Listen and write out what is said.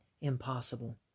impossible